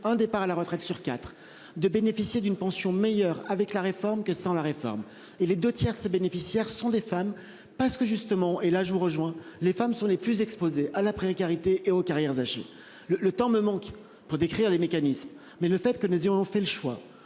un départ à la retraite sur 4 de bénéficier d'une pension meilleur avec la réforme que sans la réforme et les deux tiers ses bénéficiaires sont des femmes parce que justement et là je vous rejoins, les femmes sont les plus exposés à la précarité et aux carrières agit le le temps me manque pour décrire les mécanismes mais le fait que nous ayons en fait le choix